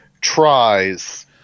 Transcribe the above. tries